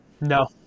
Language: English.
no